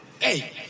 hey